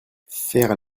faire